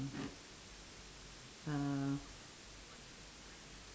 uh